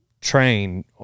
train